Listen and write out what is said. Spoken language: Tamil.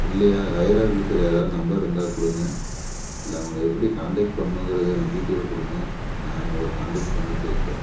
இல்லையா ஹயர் ஆஃபீசர் யாராது நம்பர் இருந்தால் கொடுங்க இல்லை அவங்கள எப்படி காண்டெக்ட் பண்ணணுங்கிறத எனக்கு டீட்டெயில் கொடுங்க நான் அவங்கள காண்டெக்ட் பண்ணிப் பேசுகிறேன்